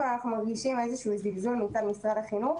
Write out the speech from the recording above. מרגישים איזשהו זלזול מצד משרד החינוך,